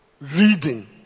reading